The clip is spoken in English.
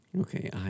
Okay